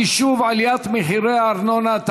חישוב עליית מחירי הארנונה),